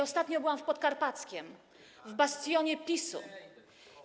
Ostatnio byłam w Podkarpackiem, w bastionie PiS-u.